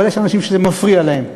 אבל יש אנשים שזה מפריע להם,